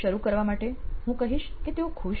શરૂ કરવા માટે હું કહીશ કે તેઓ ખુશ છે